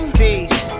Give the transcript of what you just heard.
peace